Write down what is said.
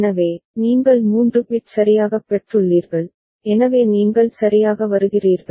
எனவே நீங்கள் 3 பிட் சரியாகப் பெற்றுள்ளீர்கள் எனவே நீங்கள் சரியாக வருகிறீர்கள்